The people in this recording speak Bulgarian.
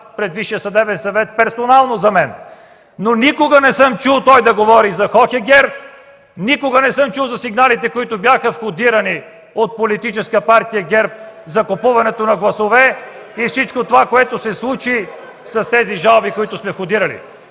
съдебен съвет персонално за мен. Никога не съм чул той да говори за Хохегер, никога не съм го чул за сигналите, които бяха входирани от Политическа партия ГЕРБ за купуването на гласове и всичко онова, което се случи с жалбите, които сте входирали.